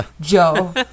Joe